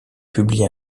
publié